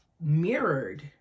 mirrored